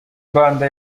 mbanda